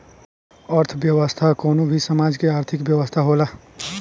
अर्थव्यवस्था कवनो भी समाज के आर्थिक व्यवस्था होला